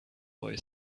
boy